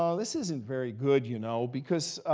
um this isn't very good, you know, because